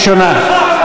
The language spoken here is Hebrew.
מותר?